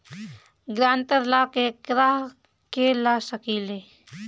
ग्रांतर ला केकरा के ला सकी ले?